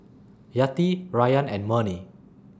Yati Rayyan and Murni